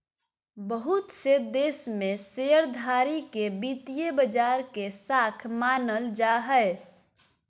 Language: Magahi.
बहुत से देश में शेयरधारी के वित्तीय बाजार के शाख मानल जा हय